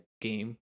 game